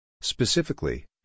Specifically